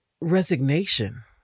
Resignation